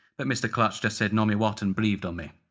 but mr clutch just said nomi what? and breathed on me.